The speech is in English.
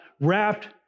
wrapped